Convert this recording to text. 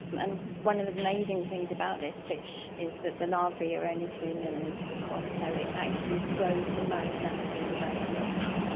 and one of the amazing things about this fish is that the larvae are only two millimetres across, so it actually grows the most out of all the vertebrates.